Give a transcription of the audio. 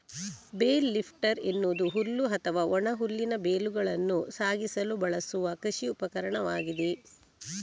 bale lifter ಎನ್ನುವುದು ಹುಲ್ಲು ಅಥವಾ ಒಣ ಹುಲ್ಲಿನ ಬೇಲುಗಳನ್ನು ಸಾಗಿಸಲು ಬಳಸುವ ಕೃಷಿ ಉಪಕರಣವಾಗಿದೆ